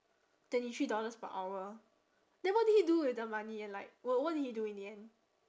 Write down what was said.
twenty three dollars per hour then what did he do with the money and like wha~ what did he do in the end